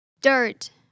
Dirt